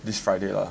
this friday lah